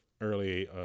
early